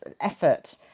effort